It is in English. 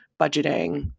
budgeting